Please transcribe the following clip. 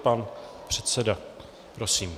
Pan předseda, prosím.